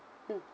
mm